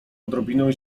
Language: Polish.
odrobinę